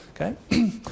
okay